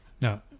Now